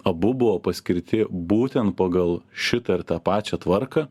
abu buvo paskirti būtent pagal šitą ir tą pačią tvarką